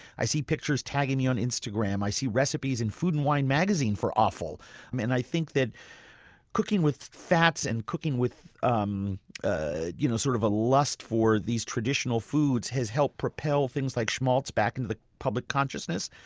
i see pictures tagging me on instagram. i see recipes in food and wine magazine for offal and i think that cooking with fats and cooking with um ah you know sort of a lust for these traditional foods has helped propel foods like schmaltz back into the public consciousness.